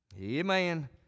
Amen